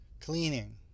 cleaning